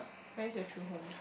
where is your true home